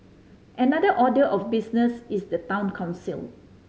another order of business is the Town Council